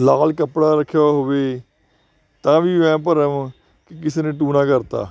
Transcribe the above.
ਲਾਲ ਕੱਪੜਾ ਰੱਖਿਆ ਹੋਵੇ ਤਾਂ ਵੀ ਵਹਿਮ ਭਰਮ ਕਿਸੇ ਨੇ ਟੂਣਾ ਕਰਤਾ